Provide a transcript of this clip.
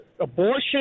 abortion